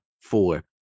four